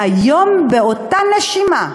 והיום באותה נשימה,